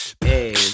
Hey